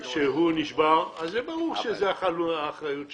שנשבר אז ברור שזה האחריות שלו.